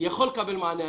יכול לקבל מענה,